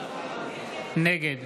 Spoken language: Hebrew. נגד